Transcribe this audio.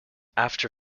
after